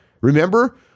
Remember